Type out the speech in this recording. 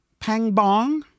Pangbong